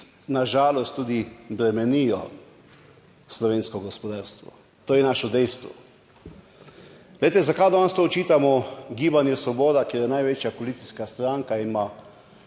na žalost tudi bremenijo slovensko gospodarstvo, to je naše dejstvo. Glejte, zakaj danes to očitamo Gibanju Svoboda, ker je največja koalicijska stranka, ima,